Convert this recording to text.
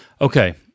Okay